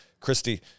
Christy